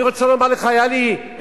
אני רוצה לספר לך: לא מזמן היה לי דיון.